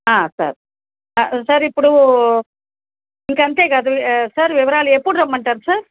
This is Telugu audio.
సార్ సార్ ఇప్పుడు ఇంక అంతేగాదు సార్ వివరాలు ఎప్పుడు రమ్మంటార్ సార్